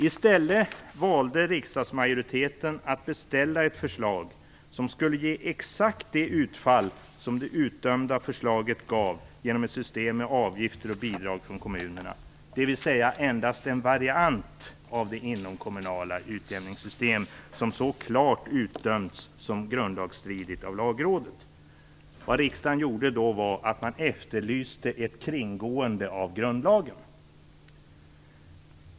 I stället valde riksdagsmajoriteten att beställa ett förslag som skulle ge exakt det utfall som det utdömda förslaget gav genom ett system med avgifter och bidrag från kommunerna, dvs. endast en variant av det inomkommunala utjämningssystemet som så klart utdömts som grundlagsstridigt av Lagrådet. Riksdagen efterlyste ett kringgående av grundlagen!